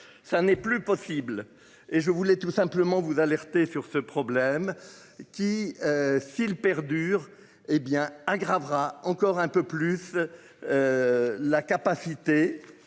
Ça n'est plus possible et je voulais tout simplement vous alerter sur ce problème qui. S'il perdure. Hé bien aggravera encore un peu plus. La capacité